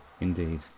indeed